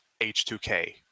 H2K